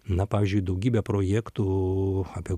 na pavyzdžiui daugybė projektų apie